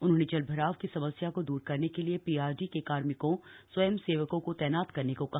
उन्होंने जलभराव की समस्या को दूर करने के लिए पीआरडी के कार्मिकों स्वयंसेवकों को तैनात करने को कहा